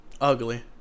ugly